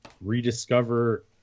rediscover